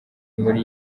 muri